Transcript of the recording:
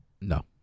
No